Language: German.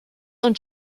und